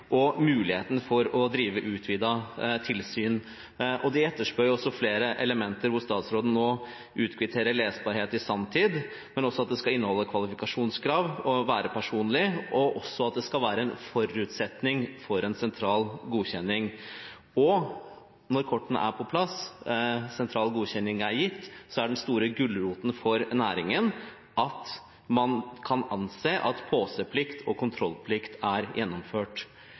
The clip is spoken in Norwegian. og muligheten for å drive utvidet tilsyn. Man etterspør også flere elementer hvor statsråden nå kvitterer ut lesbarhet i sanntid, men også at det skal inneholde kvalifikasjonskrav, være personlig og at det skal være en forutsetning for en sentral godkjenning. Og når kortene er på plass, og sentral godkjenning er gitt, er den store gulroten for næringen at man kan anse at påseplikt og kontrollplikt er gjennomført.